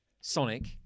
Sonic